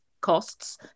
costs